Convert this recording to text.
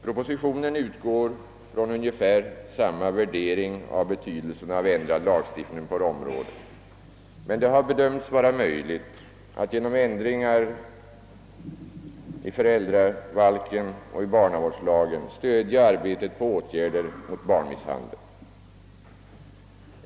Propositionen utgår från ungefär samma värdering av betydelsen av ändrad lagstiftning på detta område, men det har bedömts vara möjligt att genom ändringar i föräldrabalken och barnavårdslagen stödja arbetet på åtgärder mot barnmisshandel.